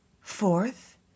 Fourth